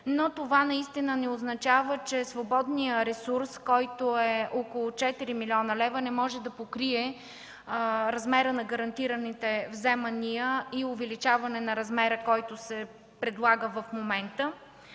Но това наистина не означава, че свободният ресурс, който е около 4 млн. лв., не може да покрие размера на гарантираните вземания и увеличаване на размера, който се предлага в момента.